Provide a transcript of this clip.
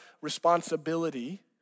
responsibility